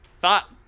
thought